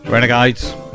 Renegades